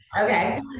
okay